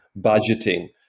budgeting